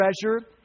treasure